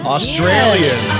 Australian